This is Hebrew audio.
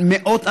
מאות אנשים.